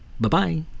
Bye-bye